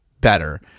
better